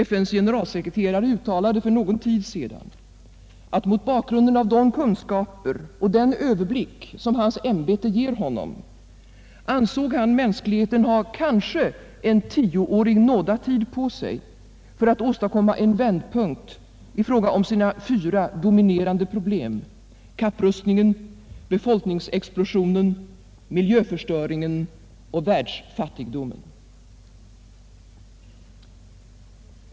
FN:s generalsekreterare uttalade för någon tid sedan att han mot bakgrund av de kunskaper och den överblick som hans ämbete ger honom ansåg att mänskligheten kanske har en tioårig nådatid på sig för att åstadkomma en vändpunkt för sina fyra dominerande problem — kapprustningen, befolkningsexplosionen, miljöförstöringen och världsfattigdomen.